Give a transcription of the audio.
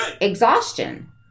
exhaustion